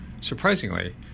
Surprisingly